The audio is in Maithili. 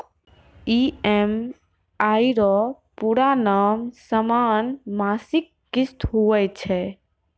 ई.एम.आई रो पूरा नाम समान मासिक किस्त हुवै छै